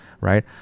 right